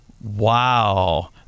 Wow